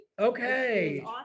Okay